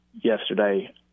yesterday